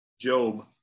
Job